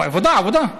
העבודה, העבודה.